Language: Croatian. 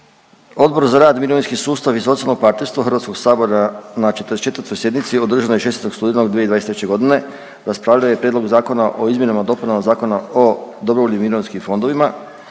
Odbor za rad, mirovinski sustav i socijalno partnerstvo Hrvatskog sabora na 44. sjednici održanoj 6. studenog 2023. godine raspravljao je o Prijedlogu Zakona o izmjenama i dopunama Zakona o dobrovoljnim mirovinskim fondovima,